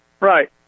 Right